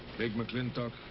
big mclintock,